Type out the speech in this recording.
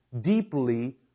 deeply